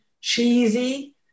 cheesy